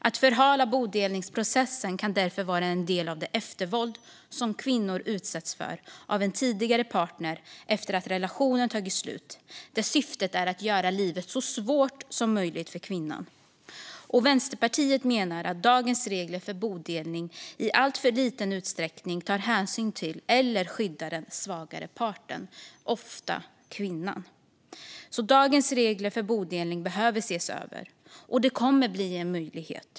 Att förhala bodelningsprocessen kan därför vara en del av det eftervåld som kvinnor utsätts för av en tidigare partner efter det att relationen tagit slut, där syftet är att göra livet så svårt som möjligt för kvinnan. Vänsterpartiet menar att dagens regler för bodelning i alltför liten utsträckning tar hänsyn till eller skyddar den svagare parten, ofta kvinnan. Dagens regler för bodelning behöver därför ses över, och det kommer att bli en möjlighet.